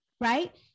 right